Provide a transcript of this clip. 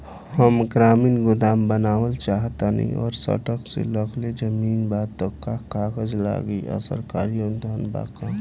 हम ग्रामीण गोदाम बनावल चाहतानी और सड़क से लगले जमीन बा त का कागज लागी आ सरकारी अनुदान बा का?